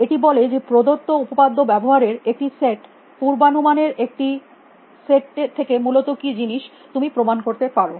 এটি বলে যে প্রদত্ত উপপাদ্য ব্যবহারের একটি সেট পূর্বানুমানের একটি সেট থেকে মূলত কী জিনিস তুমি প্রমাণ করতে পারো